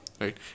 Right